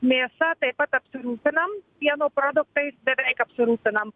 mėsa taip pat apsirūpinam pieno produktais beveik apsirūpinam